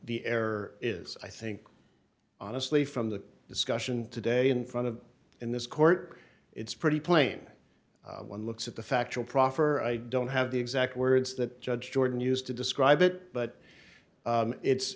the air is i think honestly from the discussion today in front of in this court it's pretty plain one looks at the factual proffer i don't have the exact words that judge jordan used to describe it but it's